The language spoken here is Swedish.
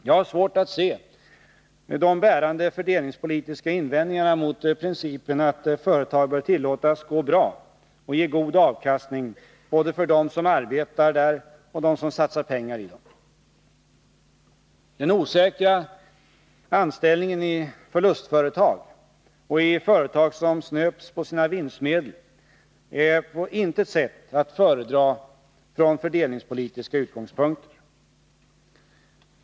Jag har svårt att se de bärande fördelningspolitiska invändningarna mot principen att företag bör tillåtas gå bra och ge god avkastning, både för dem som arbetar där och för dem som satsat pengar i dem. Den osäkra anställningen i förlustföretag och i företag som snöps på sina vinstmedel är på intet sätt att föredra från fördelningspolitiska utgångspunkter.